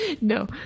No